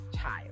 child